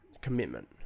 commitment